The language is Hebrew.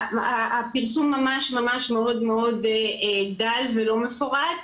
שהפרסום ממש ממש, מאוד מאוד דל ולא מפורט,